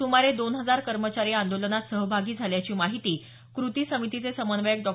सुमारे दोन हजार कर्मचारी या आंदोलनात सहभागी झाल्याची माहिती कृती समितीचे समन्वयक डॉ